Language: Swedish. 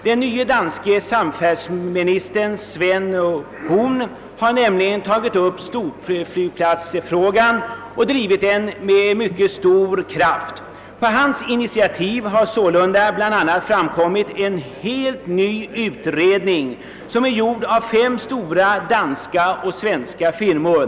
Den nya danska samfärdselsministern Svend Horn har nämligen tagit upp storflygplatsfrågan och drivit den med mycket stor kraft. På hans initiativ har sålunda bl.a. verkställts en helt ny utredning, som utförts av fem stora danska och svenska firmor.